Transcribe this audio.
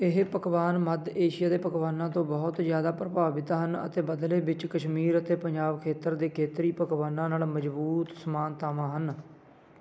ਇਹ ਪਕਵਾਨ ਮੱਧ ਏਸ਼ੀਆ ਦੇ ਪਕਵਾਨਾਂ ਤੋਂ ਬਹੁਤ ਜ਼ਿਆਦਾ ਪ੍ਰਭਾਵਿਤ ਹਨ ਅਤੇ ਬਦਲੇ ਵਿੱਚ ਕਸ਼ਮੀਰ ਅਤੇ ਪੰਜਾਬ ਖੇਤਰ ਦੇ ਖੇਤਰੀ ਪਕਵਾਨਾਂ ਨਾਲ ਮਜ਼ਬੂਤ ਸਮਾਨਤਾਵਾਂ ਹਨ